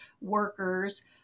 workers